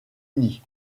uni